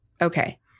Okay